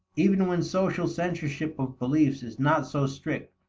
even when social censorship of beliefs is not so strict,